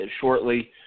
shortly